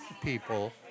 people